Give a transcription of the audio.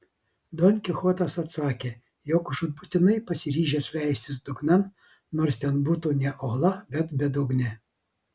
don kichotas atsakė jog žūtbūtinai pasiryžęs leistis dugnan nors ten būtų ne ola bet bedugnė